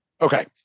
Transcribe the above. Okay